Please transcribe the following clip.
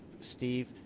Steve